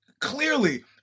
Clearly